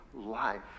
life